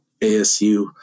ASU